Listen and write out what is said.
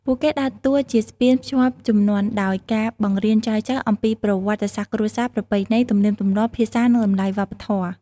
ពួកគេដើរតួជាស្ពានភ្ជាប់ជំនាន់ដោយការបង្រៀនចៅៗអំពីប្រវត្តិសាស្រ្តគ្រួសារ ប្រពៃណី ទំនៀមទម្លាប់ ភាសា និងតម្លៃវប្បធម៌។